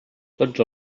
tots